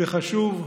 זה חשוב,